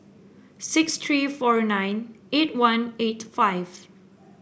six three four nine eight one eight five